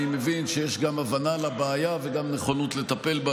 אני מבין שיש גם הבנה לבעיה וגם נכונות לטפל בה,